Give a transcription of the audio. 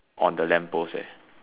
on the lamppost eh